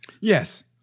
Yes